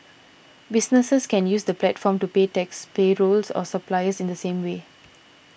businesses can use the platform to pay taxes payrolls or suppliers in the same way